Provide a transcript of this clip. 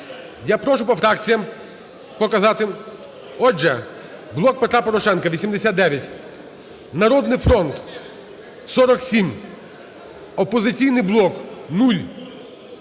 Я прошу по фракціям показати. Отже, "Блок Петра Порошенка" – 89, "Народний фронт" – 47, "Опозиційний блок" –